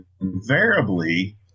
invariably